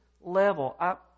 level